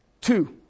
Two